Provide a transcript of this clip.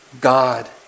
God